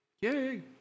Yay